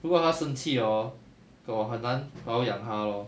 如果她生气 hor 我很难保养她 lor